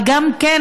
אבל גם כן,